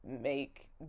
make